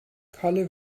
kalle